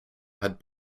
had